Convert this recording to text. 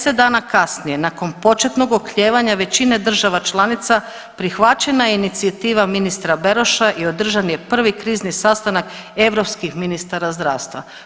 10 dana kasnije, nakon početnog oklijevanja većine država članica, prihvaćena je inicijativa ministra Beroša i održan je prvi krizni sastanak europskih ministara zdravstva.